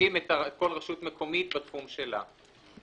שמשמשים כל רשות מקומית בתחום שלה.